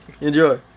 Enjoy